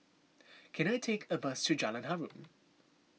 can I take a bus to Jalan Harum